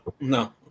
No